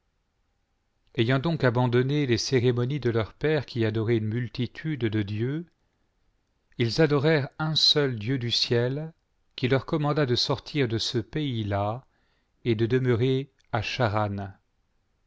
ayant donc abandonné les cérémonies de leurs pères qui adoraient une multitude de dieu ils adorèrent un seul dieu du ciel qui leur commanda de sortir de ce payslà et de demeurer à charan